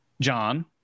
John